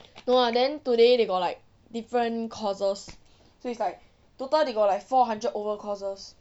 no lah then today they got like different courses so it's like total they got like four hundred over courses